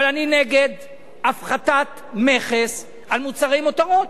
אבל אני נגד הפחתת מכס על מוצרי מותרות: